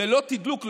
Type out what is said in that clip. ללא תדלוק,